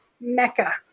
mecca